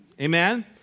Amen